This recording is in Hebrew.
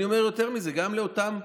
אני אומר יותר מזה, גם לאותם,